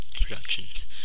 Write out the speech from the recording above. productions